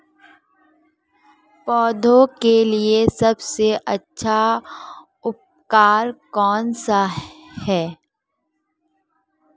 पौधों के लिए सबसे अच्छा उर्वरक कौनसा हैं?